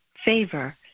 favor